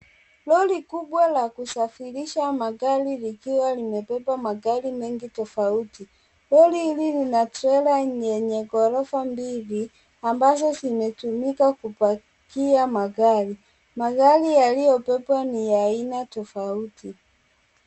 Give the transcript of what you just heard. lori kubwa la kusafirisha magari likiwa limebeba magari mengi tofauti. Lori hili lina trela lenye ghorofa mbili ambazo zimetumika kupakia magari. Magari yalio bebwa ni aina tofauti.